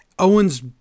Owens